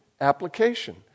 application